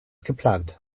geplant